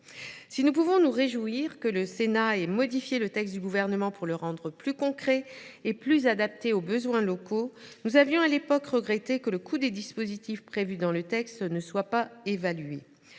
Si nous pouvons nous réjouir que le Sénat ait modifié le texte du Gouvernement pour le rendre plus concret et plus adapté aux besoins locaux, nous avions à l’époque regretté que le coût des dispositifs prévus ne fasse pas l’objet